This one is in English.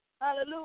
Hallelujah